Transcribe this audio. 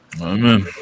Amen